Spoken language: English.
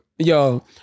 yo